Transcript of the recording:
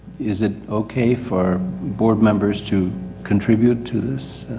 is it okay for board members to contribute to this,